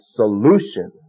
solution